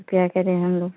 तो क्या करें हम लोग